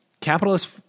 capitalist